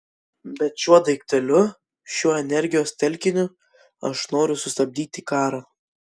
bet šiuo daikteliu šiuo energijos telkiniu aš noriu sustabdyti karą